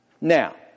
Now